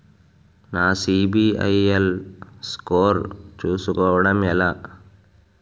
నా CIBIL score చుస్కోవడం ఎలా?